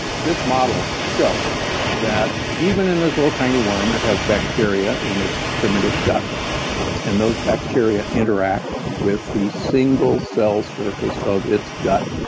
this model shows that even in this little, tiny worm it has bacteria in its primitive gut and those bacteria interact with the single cell surface of its gut,